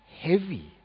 heavy